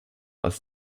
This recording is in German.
aus